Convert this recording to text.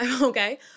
Okay